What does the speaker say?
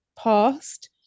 Past